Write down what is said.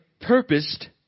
purposed